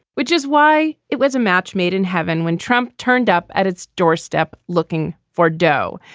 which is why it was a match made in heaven when trump turned up at its doorstep looking for dough.